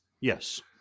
Yes